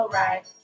right